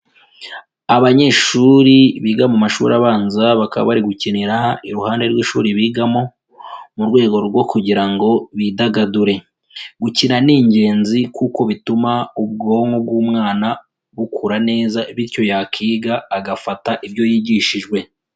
Abanyeshuri biga mu mashuri abanza bakaba bari gukinira iruhande rw'ishuri bigamo mu rwego rwo kugira ngo bidagadure, gukina ni ingenzi kuko bituma ubwonko bw'umwana bukura neza bityo yakiga agafata ibyo yigishijwe.